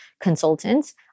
consultants